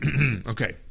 okay